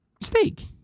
Steak